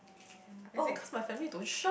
oh